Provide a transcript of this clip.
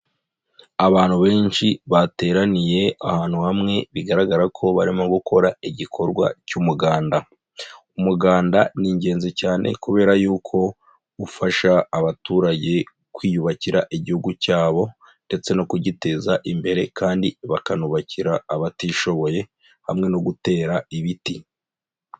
Abantu benshi bateraniye ahantu hamwe bigaragara ko barimo gukora igikorwa cy'umuganda. Umuganda ni ingenzi cyane, kubera yuko ufasha abaturage kwiyubakira igihugu cyabo, ndetse no kugiteza imbere kandi bakanubakira abatishoboye, hamwe no gutera ibiti.